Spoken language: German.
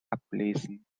ablesen